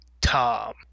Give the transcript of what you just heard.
Tom